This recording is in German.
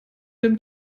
dem